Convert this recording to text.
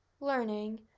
learning